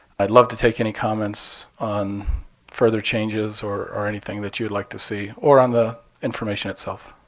i'd love to take any comments on further changes or or anything that you'd like to see, or on the information itself.